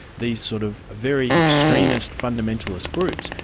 these sort of very extremist fundamentalist groups,